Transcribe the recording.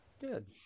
good